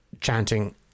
chanting